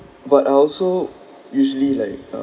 but I also usually like